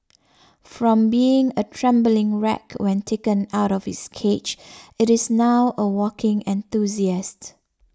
from being a trembling wreck when taken out of its cage it is now a walking enthusiast